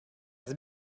they